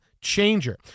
changer